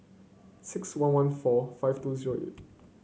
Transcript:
six one one four five two zero eight